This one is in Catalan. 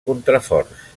contraforts